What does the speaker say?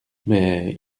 mais